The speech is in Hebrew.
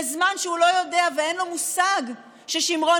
בזמן שהוא לא יודע ואין לו מושג ששמרון